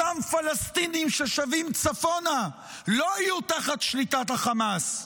אותם פלסטינים ששבים צפונה לא יהיו תחת שליטת החמאס?